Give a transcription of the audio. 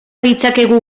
ditzakegu